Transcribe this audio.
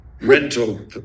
rental